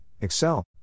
Excel